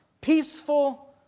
peaceful